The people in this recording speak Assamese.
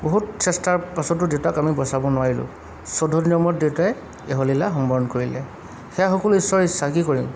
বহুত চেষ্টাৰ পাছতো দেউতাক আমি বচাব নোৱাৰিলোঁ চৈধ্য দিনৰ মূৰত দেউতাই ইহলীলা সম্বৰণ কৰিলে সেয়া সকলো ঈশ্বৰৰ ইচ্ছা কি কৰিম